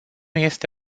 este